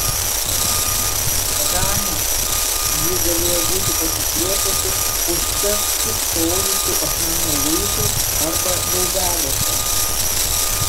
hana hana ji galėjo būti pasislėpusi už čia stūksojusių akmenų luitų arba daubelėse